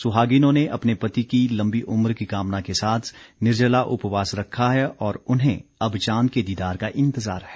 सुहागिनों ने अपने पति की लम्बी उम्र की कामना के साथ निर्जला उपवास रखा है और उन्हें अब चांद के दीदार का इंतजार है